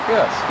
Yes